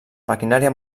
maquinària